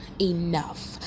enough